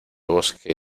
bosque